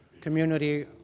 community